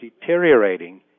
deteriorating